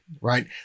right